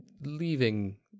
leaving